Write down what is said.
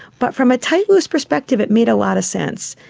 but from a tight loose perspective it made a lot of sense.